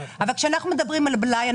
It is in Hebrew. כאשר אנחנו מדברים על בלאי,